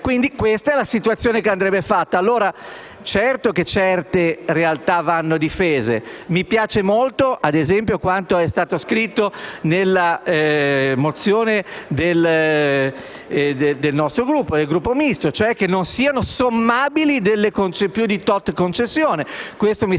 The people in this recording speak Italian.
Questa è la situazione che andrebbe affrontata. Certo che alcune realtà vanno difese. Mi piace molto, ad esempio, quanto è stato scritto nella mozione del nostro Gruppo, il Gruppo Misto, cioè che non siano sommabili più di un certo numero di